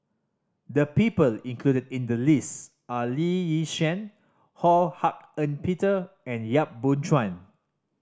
the people included in the list are Lee Yi Shyan Ho Hak Ean Peter and Yap Boon Chuan